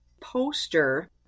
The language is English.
poster